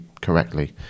correctly